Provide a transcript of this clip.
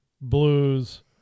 blues